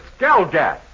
Skelgas